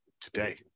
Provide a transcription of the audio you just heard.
today